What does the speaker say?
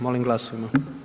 Molim glasujmo.